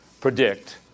predict